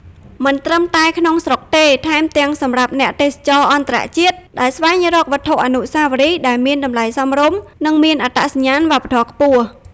មិនត្រឹមតែក្នុងស្រុកទេ ថែមទាំងសម្រាប់អ្នកទេសចរអន្តរជាតិដែលស្វែងរកវត្ថុអនុស្សាវរីយ៍ដែលមានតម្លៃសមរម្យ និងមានអត្តសញ្ញាណវប្បធម៌ខ្ពស់។